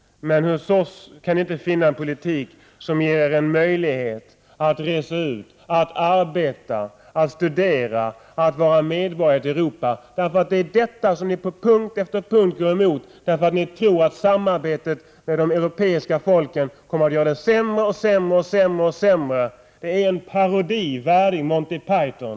Men hos oss kan ni inte finna en politik som ger er — 6 juni 1989 en möjlighet att resa ut, arbeta, studera, att vara medborgare i ett Europa. Det är detta som ni på punkt efter punkt går emot, därför att ni tror att samarbetet med de europeiska folken kommer att göra det sämre och sämre. Detta är en parodi värdig Monty Python.